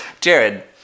Jared